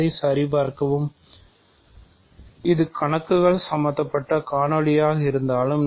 அதை சரிபார்க்கவும் இது கணக்குகள் சம்பத்தப்பட்ட காணொளியாக இருந்தாலும்